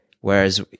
Whereas